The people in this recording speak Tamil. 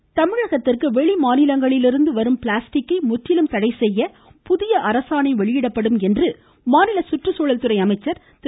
கருப்பணன் தமிழகத்திற்கு வெளிமாநிலங்களிலிருந்து வரும் பிளாஸ்டிக்கை முற்றிலும் தடை செய்ய புதிய அரசாணை வெளியிடப்படும் என்று மாநில சுற்றுச்சூழல்துறை அமைச்சர் திரு